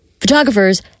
photographers